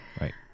Right